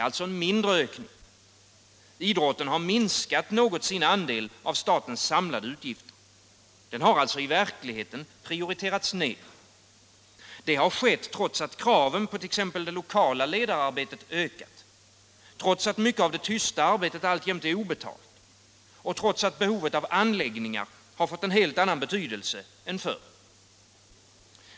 Alltså en mindre ökning. Idrotten har minskat sin andel av statens samlade utgifter. Den har i verkligheten prioriterats ner. Det har skett trots att kraven på t.ex. det lokala ledararbetet ökat, trots att mycket av det tysta arbetet alltjämt är obetalt, trots att behovet av anläggningar fått en helt annan betydelse än förr.